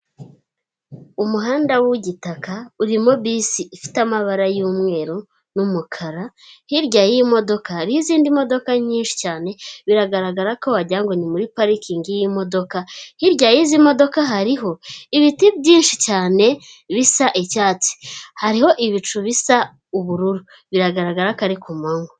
Umuhanda w'igitaka. Urimo bisi ifite amabara y'umweru, n'umukara. Hirya y'iyi modoka nizindi modoka nyinshi cyane, biragaragara ko wagira ngo ni muri parikingi y'imodoka, hirya y'izi modoka hariho ibiti byinshi cyane, bisa icyatsi. Hariho ibicu bisa ubururu. Biragaragara ko ari ku manywa.